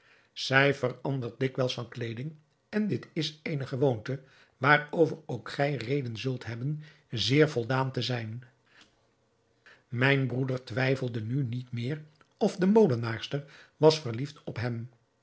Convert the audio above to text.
zij verandert dikwijls van kleeding en dit is eene gewoonte waarover ook gij reden zult hebben zeer voldaan te zijn mijn broeder twijfelde nu niet meer of de molenaarster was verliefd op hem